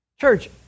Church